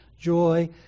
joy